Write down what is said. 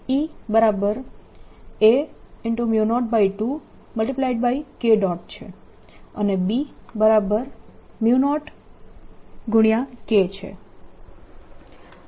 છે અને B0K છે